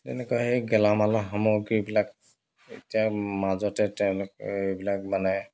তেনেকুৱা সেই গেলামালৰ সামগ্ৰীবিলাক এতিয়া মাজতে তেওঁলোকে এইবিলাক মানে